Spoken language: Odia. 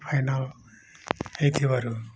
ଫାଇନାଲ୍ ହେଇଥିବାରୁ